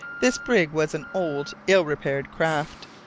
this brig was an old, ill-repaired craft,